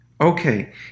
Okay